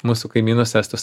mūsų kaimynus estus